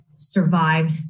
survived